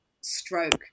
stroke